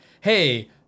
hey